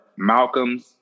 Malcolms